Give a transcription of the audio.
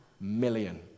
million